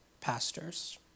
pastors